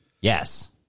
Yes